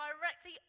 directly